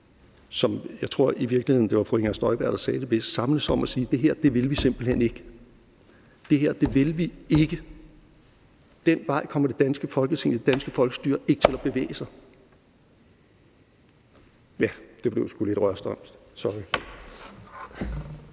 som jeg i virkeligheden tror det var fru Inger Støjberg, der sagde: Det her vil vi simpelt hen ikke. Det her vil vi ikke. Den vej kommer det danske Folketing, det danske folkestyre, ikke til at bevæge sig. Ja, det blev sgu lidt rørstrømsk, sorry.